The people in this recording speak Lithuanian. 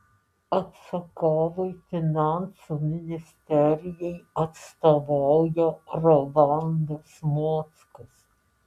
atsakovui finansų ministerijai atstovauja rolandas mockus